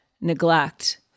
neglect